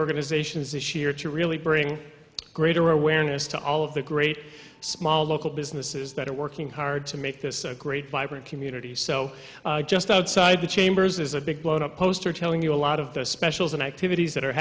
organizations this year to really bring greater awareness to all of the great small local businesses that are working hard to make this a great vibrant community so just outside the chambers is a big blowup poster telling you a lot of the specials and activities that are